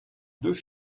deux